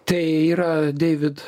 tai yra deivid